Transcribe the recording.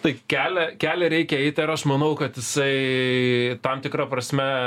tai kelią kelią reikia eiti ir aš manau kad jisai tam tikra prasme